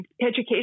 education